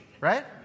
right